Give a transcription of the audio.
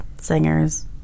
singers